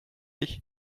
ich